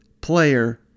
player